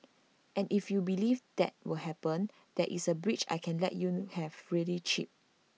and if you believe that will happen there is A bridge I can let you have really cheap